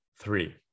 three